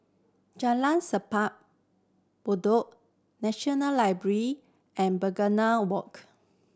Jalan Simpang Bedok National Library and Begonia Walk